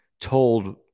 told